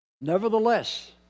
Nevertheless